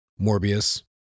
Morbius